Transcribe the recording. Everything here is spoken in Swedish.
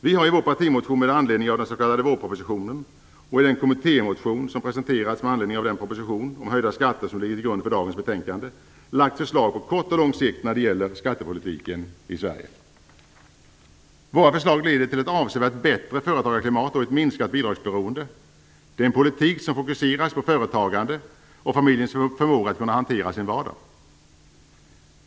Vi har i vår partimotion med anledning av den s.k. vårpropositionen och i den kommittémotion som presenterats med anledning av den proposition om höjda skatter som ligger till grund för dagens betänkande lagt förslag på kort och lång sikt när det gäller skattepolitiken i Sverige. Våra förslag leder till ett avsevärt bättre företagarklimat och ett minskat bidragsberoende. Det är en politik som fokuseras på företagande och på familjens förmåga att kunna hantera sin vardag.